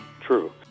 true